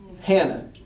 Hannah